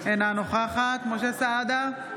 אינה נוכחת משה סעדה,